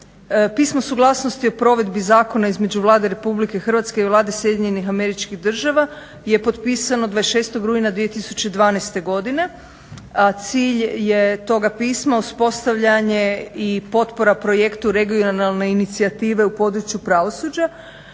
Pismo suglasnosti o provedbi zakona između Vlade Republike Hrvatske i Vlade Sjedinjenih Američkih Država je potpisano 26. rujna 2012. godine, a cilj je toga pisma uspostavljanje i potpora projektu regionalne inicijative u području pravosuđa